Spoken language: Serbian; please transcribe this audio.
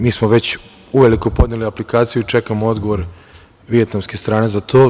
Mi smo već uveliko podneli aplikaciju i čekamo odgovor vijetnamske strane za to.